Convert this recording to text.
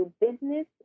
business